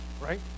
Right